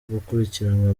gukurikiranwa